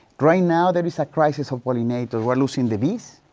right now, there is a crisis of pollinators. we're losing the bees.